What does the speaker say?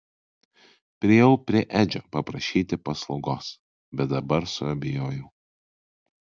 priėjau prie edžio paprašyti paslaugos bet dabar suabejojau